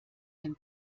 den